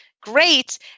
great